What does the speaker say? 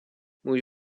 můj